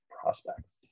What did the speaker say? prospects